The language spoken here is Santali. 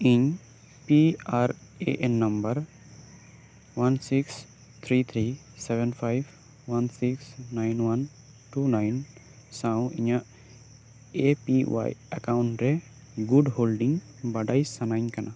ᱤᱧ P R A N number one six three three seven five one six nine one two nine ᱥᱟᱶ ᱤᱧᱟᱹᱜ ᱮ ᱯᱤ ᱳᱣᱟᱭ ᱮᱠᱟᱣᱩᱱᱴ ᱨᱮ ᱜᱩᱴ ᱦᱳᱞᱰᱤᱝ ᱵᱟᱰᱟᱭ ᱥᱟᱹᱱᱟᱹᱧ ᱠᱟᱱᱟ